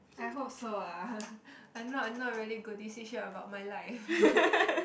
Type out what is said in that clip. I hope so ah I'm not I'm not really good decision about my life